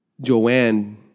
Joanne